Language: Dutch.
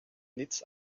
niets